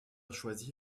choisi